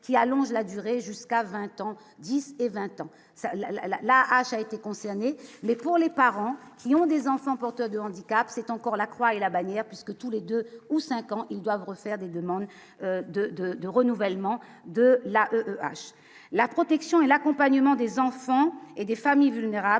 qui allonge la durée jusqu'à 20 ans 10 et 20 ans la la la la rachat été concernés, mais pour les parents qui ont des enfants porteurs de handicap, c'est encore la croix et la bannière puisque tous les 2 ou 5 ans, ils doivent refaire des demandes de de de renouvellement de la hache la protection et l'accompagnement des enfants et des familles vulnérables,